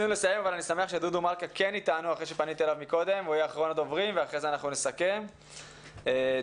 דודו מלכה אחרון הדוברים ואחרי זה נסיים.